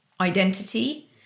identity